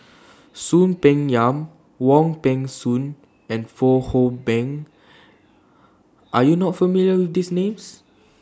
Soon Peng Yam Wong Peng Soon and Fong Hoe Beng Are YOU not familiar with These Names